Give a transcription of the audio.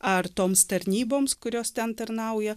ar toms tarnyboms kurios ten tarnauja